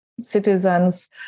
citizens